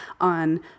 on